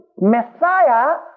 Messiah